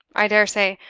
i dare say,